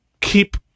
keep